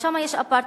שמה יש אפרטהייד.